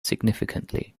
significantly